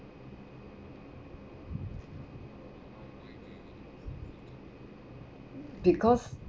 because